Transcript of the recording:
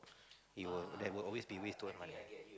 you'll there will always be ways to earn money